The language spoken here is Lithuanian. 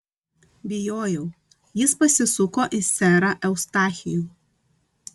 bijojau jis pasisuko į serą eustachijų